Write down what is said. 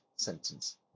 sentence